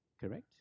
correct